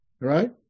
Right